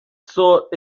sought